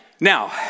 Now